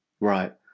Right